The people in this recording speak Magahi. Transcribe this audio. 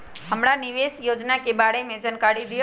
हमरा निवेस योजना के बारे में जानकारी दीउ?